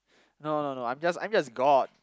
no no no I'm just I'm just god